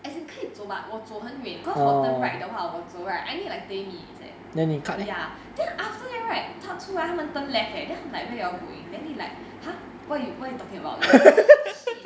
as in 可以走 but 我走很远 cause 我 turn right 的话我走 right I need like twenty minutes leh ya then after that right 他出来他们 turn left leh then I'm like where are you all going then they like !huh! what you what you talking about you know shit